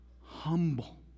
humble